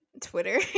Twitter